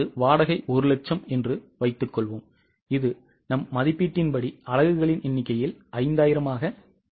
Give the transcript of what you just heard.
வாடகை 100000 என்று வைத்துக்கொள்வோம் இது நம் மதிப்பீட்டின்படி அலகுகளின் எண்ணிக்கையில் 5000 ஆக இருக்கும்